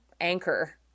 anchor